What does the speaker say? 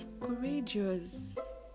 courageous